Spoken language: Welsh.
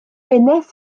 eneth